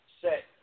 set